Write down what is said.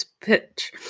pitch